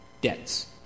debts